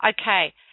Okay